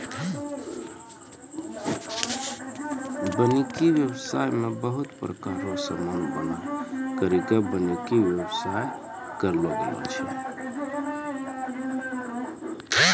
वानिकी व्याबसाय मे बहुत प्रकार रो समान बनाय करि के वानिकी व्याबसाय करलो गेलो छै